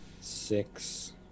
six